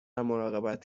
مراقبت